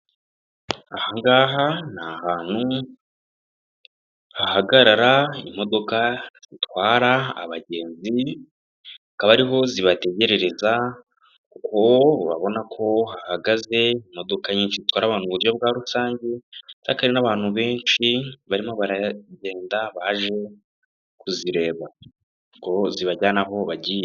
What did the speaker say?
Aha ngaha ni ahantu hahagarara imodoka zitwara abagenzi, akaba ariho zibategerereza kuko urabona ko hahagaze imodoka nyinshi zitwara abantu buryo bwa rusange. urabona ko ari n'abantu benshi barimo baragenda baje kuzireba ngo zibajyana aho bagiye.